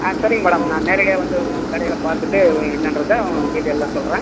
ஆ சரிங்க மேடம் நான் நேரடியாக வந்து உங்கள் கடையில் பார்த்துட்டு என்னன்றதை டீட்டைல்லாக சொல்கிறேன்